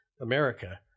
America